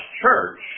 church